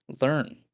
learn